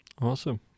awesome